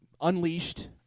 unleashed